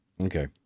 Okay